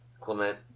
Clement